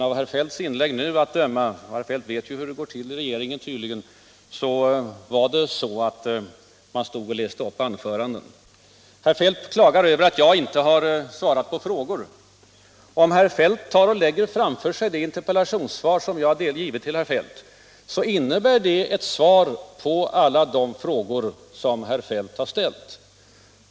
Av herr Feldts inlägg att döma — herr Feldt vet ju hur det gick till i regeringen — stod alltså statsråden här och läste upp anföranden. Herr Feldt klagar över att jag inte har svarat på frågor. Om herr Feldt lägger framför sig det interpellationssvar som jag har givit skall han finna att det innehåller svar på alla de frågor som herr Feldt har ställt.